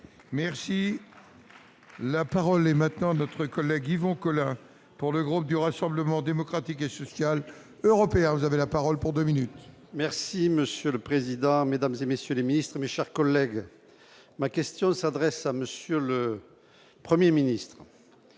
Merci. La parole est maintenant notre collègue Yvon Collin pour le groupe du Rassemblement démocratique et social européen, vous avez la parole pour 2 minutes. Merci monsieur le président, Mesdames et messieurs les ministres, mes chers collègues, ma question s'adresse à monsieur le 1er ministre